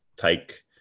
take